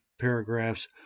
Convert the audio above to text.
paragraphs